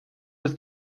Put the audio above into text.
das